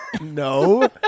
No